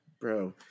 bro